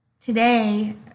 today